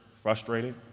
frustrated.